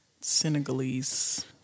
Senegalese